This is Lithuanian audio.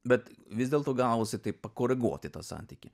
bet vis dėlto gavosi taip pakoreguoti tą santykį